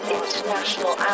international